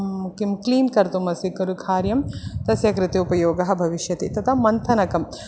किं क्लीन् कर्तुम् अस्ति खलु कार्यं तस्य कृते उपयोगः भविष्यति तथा मन्थनकम्